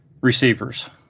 receivers